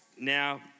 Now